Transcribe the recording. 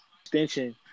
extension